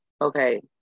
Okay